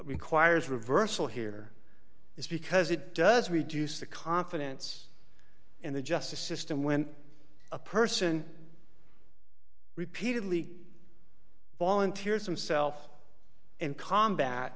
requires reversal here is because it does reduce the confidence in the justice system when a person repeatedly volunteers himself in combat